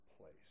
place